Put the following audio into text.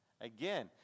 Again